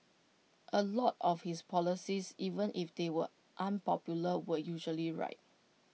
A lot of his policies even if they were unpopular were usually right